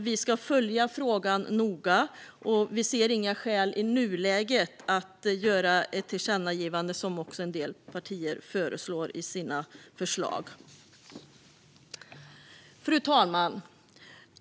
Vi ska följa frågan noga, och vi ser i nuläget inga skäl att göra ett tillkännagivande, som en del partier föreslår. Fru talman!